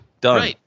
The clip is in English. done